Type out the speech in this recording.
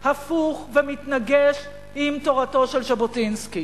הפוך ומתנגש עם תורתו של ז'בוטינסקי.